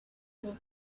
will